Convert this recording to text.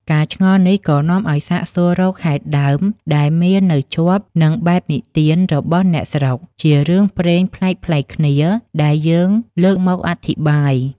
ការឆ្ងល់នេះ ក៏នាំឲ្យសាកសួររកហេតុដើម ដែលមាននៅជាប់នឹងបែបនិទានរបស់អ្នកស្រុក ជារឿងព្រេងប្លែកៗគ្នា ដែលយើងលើកមកអធិប្បាយ។